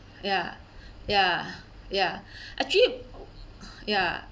ya ya ya actually ya